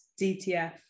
DTF